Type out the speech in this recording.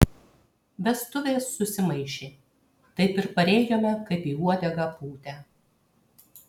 vestuvės susimaišė taip ir parėjome kaip į uodegą pūtę